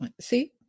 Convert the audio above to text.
See